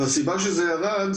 והסיבה שזה ירד,